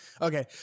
Okay